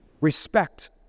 Respect